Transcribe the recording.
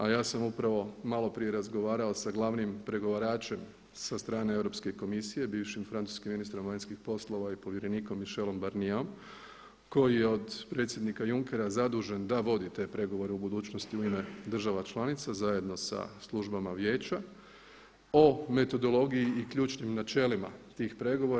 A ja sam upravo maloprije razgovarao sa glavnim pregovaračem sa strane Europske komisije bivšim francuskim ministrom vanjskih poslova i povjerenikom Micheleom Barnierom koji je od predsjednika Junckera zadužen da vodi te pregovore u budućnosti u ime država članica zajedno sa službama vijeća o metodologiji i ključnim načelima tih pregovora.